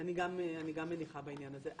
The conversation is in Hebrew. אני גם מניחה בעניין הזה.